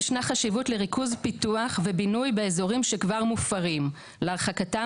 ישנה חשיבות לריכוז פיתוח ובינוי באזורים שכבר מופרים להרחקתם